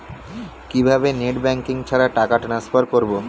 কিভাবে net banking ছাড়া টাকা টান্সফার করব?